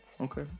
Okay